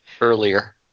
earlier